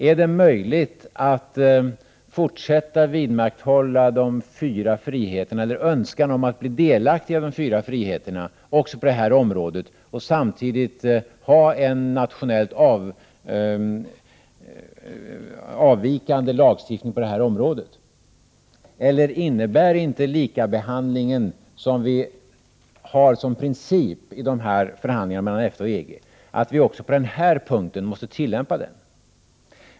Är det möjligt att fortsätta vidmakthålla önskan om att bli delaktig i de fyra friheterna på detta område och samtidigt ha en nationellt avvikande lagstiftning? Innebär inte likabehandlingen, som vi har som princip i förhandlingarna mellan EFTA och EG, att den också på denna punkt måste tillämpas?